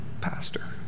pastor